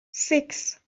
six